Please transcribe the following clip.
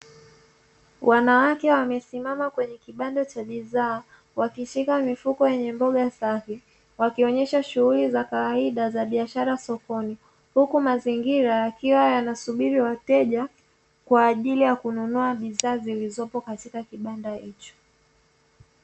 Wanawake wamesimama kwenye kibanda cha bidhaa wakishika mifuko yenye mboga safi wakionyesha shughuli za kawaida za biashara sokoni huku mazingira yakiwa yanasubiri wateja kwa ajili ya kununua bidhaa zilizopo kwenye kibanda hicho.